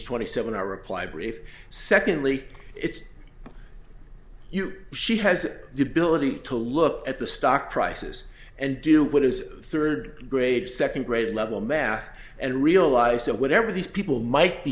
twenty seven i reply brief secondly it's your she has the ability to look at the stock prices and do what is third grade second grade level math and realize that whatever these people might be